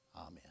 Amen